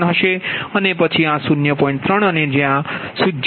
3 હશે અને પછી આ 0